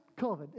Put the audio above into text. COVID